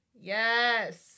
Yes